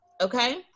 okay